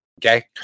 Okay